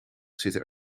zitten